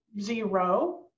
zero